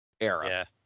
era